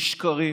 אתם משקרים,